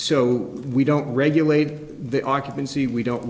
so we don't regulate the occupancy we don't